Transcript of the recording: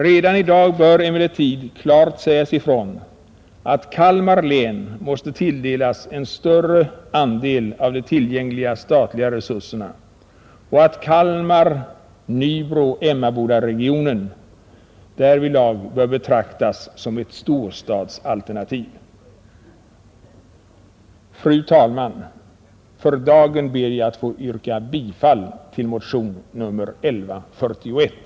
Redan i dag bör emellertid klart sägas ifrån att Kalmar län måste tilldelas en större del av de tillgängliga statliga resurserna och att Kalmar-Nybro-Emmabodaregionen vid utlokaliseringen bör betraktas som ett storstadsalternativ. Fru talman! För dagen inskränker jag mig till att yrka bifall till motion nr 1141.